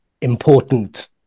important